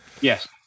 yes